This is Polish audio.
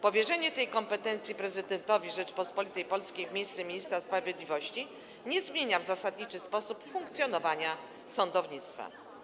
Powierzenie tej kompetencji prezydentowi Rzeczypospolitej Polskiej w miejsce ministra sprawiedliwości nie zmienia w zasadniczy sposób funkcjonowania sądownictwa.